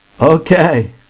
Okay